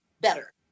better